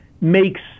makes